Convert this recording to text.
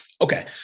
Okay